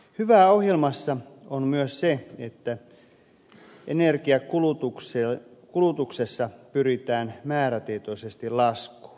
hyvää ohjelmassa on myös se että energiankulutuksessa pyritään määrätietoisesti laskuun